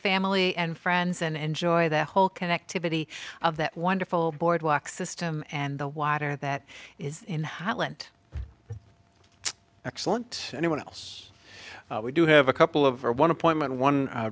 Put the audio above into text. family and friends and enjoy the whole connectivity of that wonderful boardwalk system and the water that is in holland excellent anyone else we do have a couple of or one appointment one